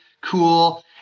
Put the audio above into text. cool